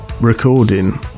recording